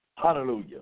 Hallelujah